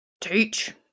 Teach